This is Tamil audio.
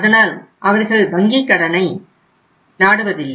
அதனால் அவர்கள் வங்கிக் கடனை நாடுவதில்லை